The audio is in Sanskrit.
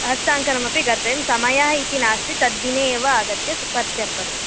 हस्ताङ्कनमपि कर्तव्यं समयः इति नास्ति तद्दिने एव आगत्य पर्त्यर्पणीयम्